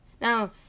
Now